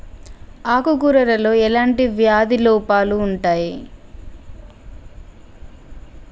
ఆకు కూరలో ఎలాంటి వ్యాధి లోపాలు ఉంటాయి?